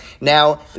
Now